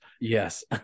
Yes